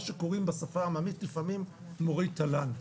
מה שקוראים בשפה העממית לפעמים מורי תל"ן.